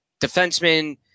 defenseman